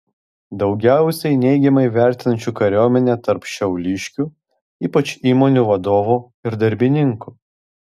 daugiausiai neigiamai vertinančių kariuomenę tarp šiauliškių ypač įmonių vadovų ir darbininkų